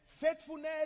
Faithfulness